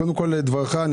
קודם כול לגבי דבריך,